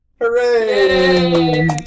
Hooray